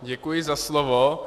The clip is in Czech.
Děkuji za slovo.